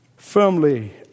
Firmly